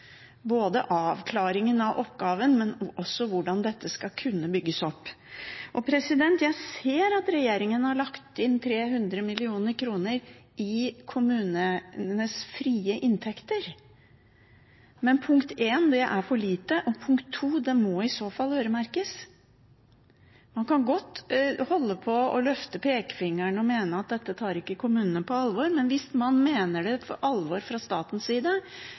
både avklaringen av oppgaven og også hvordan dette skal kunne bygges opp. Jeg ser at regjeringen har lagt inn 300 mill. kr i kommunenes frie inntekter, men: Punkt 1: Det er for lite. Punkt 2: Det må i så fall øremerkes. Man kan godt holde på og løfte pekefingeren og mene at dette tar ikke kommunene på alvor, men hvis man mener det for alvor fra statens side,